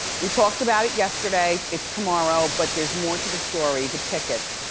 we talked about it yesterday, it's tomorrow, but there's more to the story, the tickets.